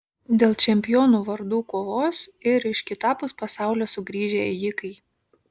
dėl čempionų vardų kovos ir iš kitapus pasaulio sugrįžę ėjikai